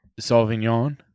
Sauvignon